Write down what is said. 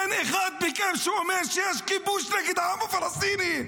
אין אחד מכם שאומר שיש כיבוש נגד העם הפלסטיני.